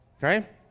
Right